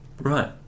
Right